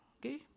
Okay